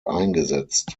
eingesetzt